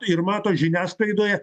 ir mato žiniasklaidoje